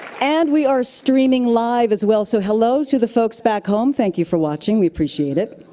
and we are streaming live as well, so hello to the folks back home. thank you for watching, we appreciate it.